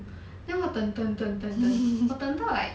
then 我等等等等等我等到 like